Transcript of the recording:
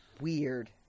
weird